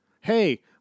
Hey